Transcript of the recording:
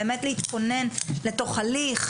באמת להתכונן לתוך הליך,